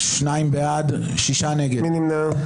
מי נמנע?